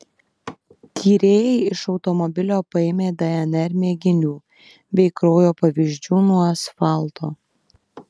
tyrėjai iš automobilio paėmė dnr mėginių bei kraujo pavyzdžių nuo asfalto